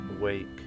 awake